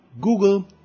Google